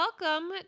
Welcome